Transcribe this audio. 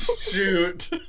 Shoot